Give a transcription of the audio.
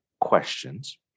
questions